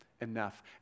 enough